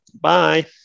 Bye